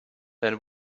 then